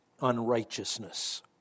unrighteousness